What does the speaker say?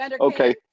Okay